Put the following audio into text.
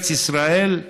ארץ ישראל,